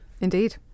indeed